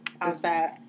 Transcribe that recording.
outside